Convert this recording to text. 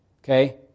Okay